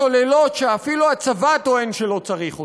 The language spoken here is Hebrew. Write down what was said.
צוללות שאפילו הצבא טוען שלא צריך אותן,